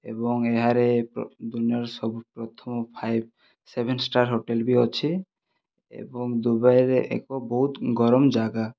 ଏବଂ ଏହାରେ ଦୁନିଆଁର ସବୁଠାରୁ ପ୍ରଥମ ଫାଇଭ ସେଭେନ ଷ୍ଟାର ହୋଟେଲ ବି ଅଛି ଏବଂ ଦୁବାଇରେ ଏକ ବହୁତ ଗରମ ଜାଗା